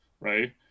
right